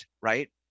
right